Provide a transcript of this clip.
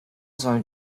sollen